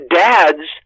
dads